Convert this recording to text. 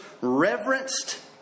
reverenced